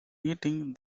eating